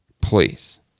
please